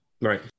Right